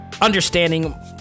understanding